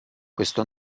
questo